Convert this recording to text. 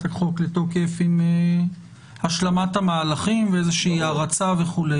החוק לתוקף עם השלמת המהלכים ואיזושהי הרצה וכו',